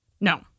No